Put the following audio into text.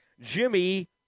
Jimmy